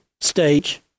stage